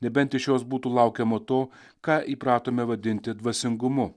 nebent iš jos būtų laukiama to ką įpratome vadinti dvasingumu